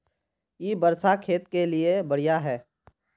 इ वर्षा खेत के लिए बढ़िया है?